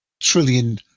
Trillion